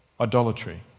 idolatry